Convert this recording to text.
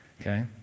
Okay